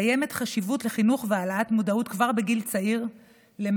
קיימת חשיבות לחינוך כבר בגיל צעיר והעלאת